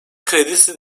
kredisi